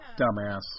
dumbass